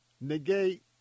negate